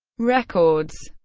records